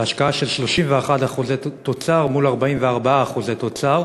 בהשקעה של 31% תוצר מול 44% תוצר.